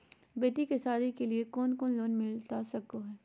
बेटी के सादी के लिए कोनो लोन मिलता सको है?